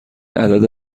عدد